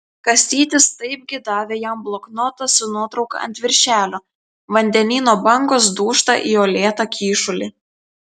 kastytis taipgi davė jam bloknotą su nuotrauka ant viršelio vandenyno bangos dūžta į uolėtą kyšulį